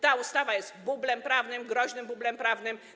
Ta ustawa jest bublem prawnym, groźnym bublem prawnym.